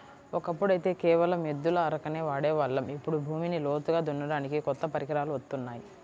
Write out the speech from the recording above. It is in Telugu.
ఒకప్పుడైతే కేవలం ఎద్దుల అరకనే వాడే వాళ్ళం, ఇప్పుడు భూమిని లోతుగా దున్నడానికి కొత్త పరికరాలు వత్తున్నాయి